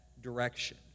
direction